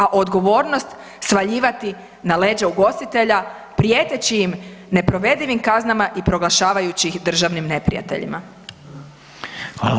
A odgovornost svaljivati na leđa ugostitelja, prijeteći im neprovedivim kaznama i proglašavajući ih državnim neprijateljima.